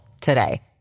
today